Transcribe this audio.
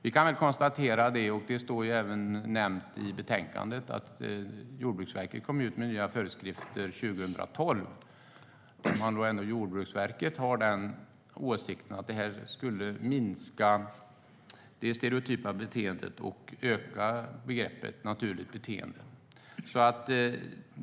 Vi kan konstatera, och det står även nämnt i betänkandet, att Jordbruksverket kom med nya föreskrifter 2012. Jordbruksverket har åsikten att det skulle minska det stereotypa beteendet och öka det naturliga beteendet.